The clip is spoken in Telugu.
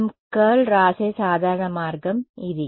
మేము కర్ల్ వ్రాసే సాధారణ మార్గం ఇది